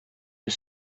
без